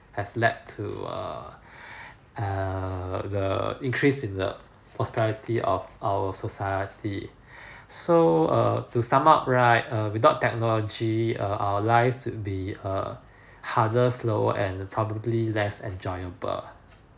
has let to err uh the increase in the increase in the prosperity of our society so err to sum up right err without technology err our lives will be err hardest lower and probably less enjoyable